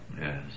Yes